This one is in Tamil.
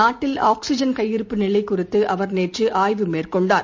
நாட்டில் ஆக்சிஜன் கையிருப்பு நிலை குறித்து அவர் இன்று ஆய்வு மேற்கொண்டார்